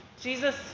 Jesus